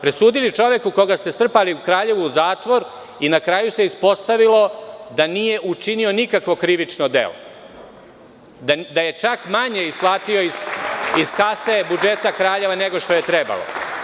Presudili ste čoveku koga ste strpali u Kraljevo u zatvor i na kraju se ispostavilo da nije učinio nikakvo krivično delo, da je čak manje isplatio iz kase budžeta Kraljeva nego što je trebalo.